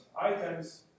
items